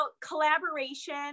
collaboration